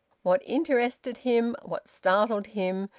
what interested him, what startled him,